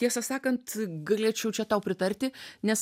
tiesą sakant galėčiau čia tau pritarti nes